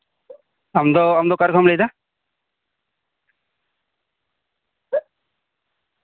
ᱟᱢᱫᱚ ᱟᱢᱫᱚ ᱚᱠᱟ ᱠᱷᱚᱱᱮᱢ ᱞᱟᱹᱭᱮᱫᱟ